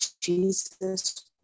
Jesus